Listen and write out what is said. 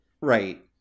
Right